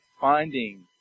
finding